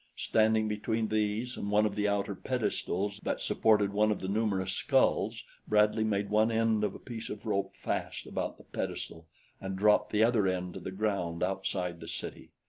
standing between these and one of the outer pedestals that supported one of the numerous skulls bradley made one end of a piece of rope fast about the pedestal and dropped the other end to the ground outside the city.